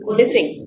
missing